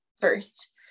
first